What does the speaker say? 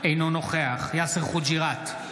אינו נוכח יאסר חוג'יראת,